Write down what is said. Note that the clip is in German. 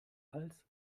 als